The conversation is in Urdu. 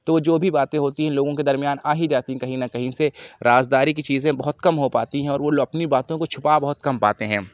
تو وہ جو بھی باتیں ہوتی ہیں لوگوں کے درمیان آ ہی جاتی ہیں کہیں نہ کہیں سے راز داری کی چیزیں بہت کم ہو پاتی ہیں اور وہ اپنی باتوں کو چھپا بہت کم پاتے ہیں